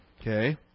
Okay